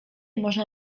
można